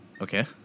Okay